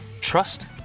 trust